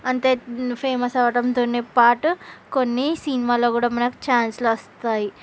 అంటే ఫేమస్ అవ్వడంతోనె పాటు కొన్ని సినిమాల్లోకూడా మనకి చాన్సుల్లోస్తాయి